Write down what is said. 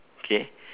K